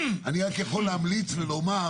אני רק יכול להמליץ ולומר